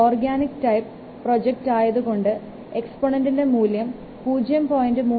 organic type project ആയതുകൊണ്ട് എക്സ്പോനൻറിൻറെ മൂല്യം 0